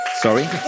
Sorry